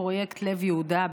פרויקט לב יהודה,